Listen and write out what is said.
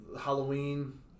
Halloween